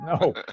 no